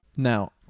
Now